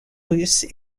russe